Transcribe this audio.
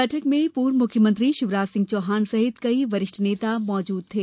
बैठक में पूर्व मुख्यमंत्री शिवराज सिंह चौहान सहित कई वरिष्ठ नेता मौजूद थे